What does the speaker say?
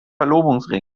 verlobungsring